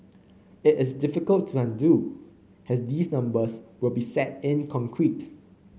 it is difficult to undo has these numbers will be set in concrete